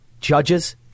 judges